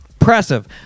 Impressive